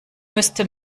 müsste